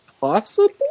possible